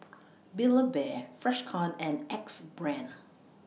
Build A Bear Freshkon and Axe Brand